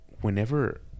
whenever